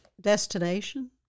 destination